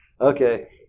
Okay